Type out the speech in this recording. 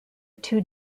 two